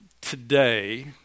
today